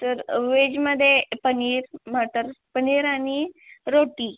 तर वेजमध्ये पनीर मटर पनीर आणि रोटी